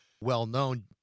well-known